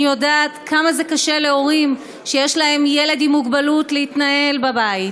אני יודעת כמה קשה להורים שיש להם ילד עם מוגבלות להתנהל בבית.